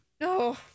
No